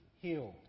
healed